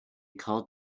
called